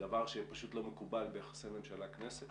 דבר שפשוט לא מקובל ביחסי ממשלה כנסת,